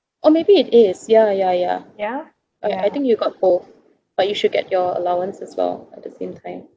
oh maybe it is ya ya ya I I I think you got both but you should get your allowance as well at the same time